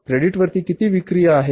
credit वरती किती विक्री आहेत